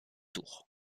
tour